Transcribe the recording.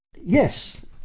Yes